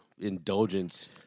indulgence